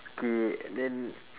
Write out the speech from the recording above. K and then